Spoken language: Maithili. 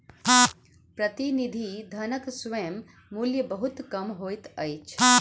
प्रतिनिधि धनक स्वयं मूल्य बहुत कम होइत अछि